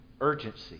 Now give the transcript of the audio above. urgency